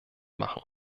machen